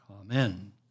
Amen